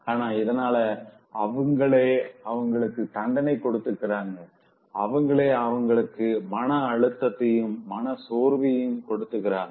ஆனா இதனால அவங்களே அவங்களுக்கு தண்டனை கொடுத்துக்கிக்றாங்க அவங்களே அவங்களுக்கு மன அழுத்தத்தையும் மன சோர்வையும் கொடுத்துக்கிறாங்க